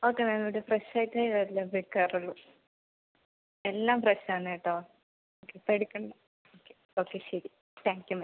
okay ma'am ഇവിടെ fresh item ഇവിടെ എല്ലാം വിൽക്കാറുള്ളൂ എല്ലാം ഫ്രഷ് ആണ് കേട്ടോ പേടിക്കേണ്ട ഓക്കെ ശരി താങ്ക് യൂ മാം